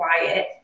quiet